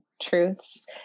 truths